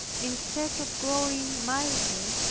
instead of growing milder,